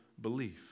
belief